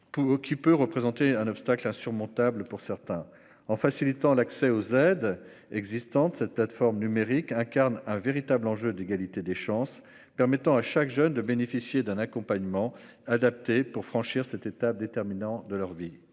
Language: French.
qui peut représenter un obstacle insurmontable pour certains. En facilitant l'accès aux aides existantes, cette plateforme numérique incarne un véritable enjeu d'égalité des chances permettant à chaque jeune de bénéficier d'un accompagnement adapté pour franchir cette étape déterminante de sa vie.